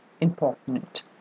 important